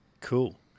Cool